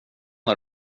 har